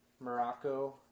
Morocco